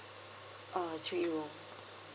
uh three room